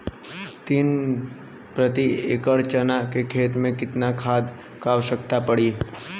तीन प्रति एकड़ चना के खेत मे कितना खाद क आवश्यकता पड़ी?